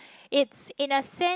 it in a sense